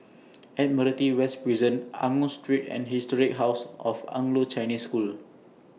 Admiralty West Prison Angus Street and Historic House of Anglo Chinese School